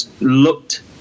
looked